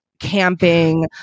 camping